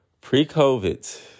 pre-COVID